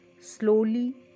slowly